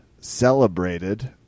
celebrated